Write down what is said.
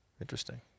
Interesting